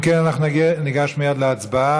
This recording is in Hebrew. אם כן, אנחנו ניגש מייד להצבעה.